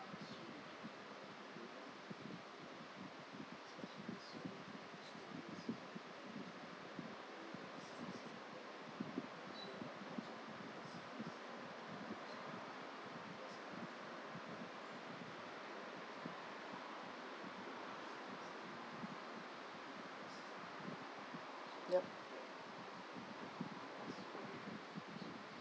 yup